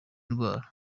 indwara